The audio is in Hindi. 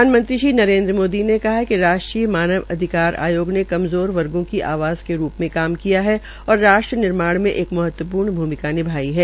प्रधानमंत्री श्री नरेन्द्र मोदी ने कहा है कि राष्ट्रीय मानव अधिकार आयोग ने कमज़ोर वर्गो की आवाज़ के रूप में काम किया है और राष्ट्र में एक महत्वपूर्ण भूमिका निभाई है